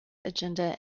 agenda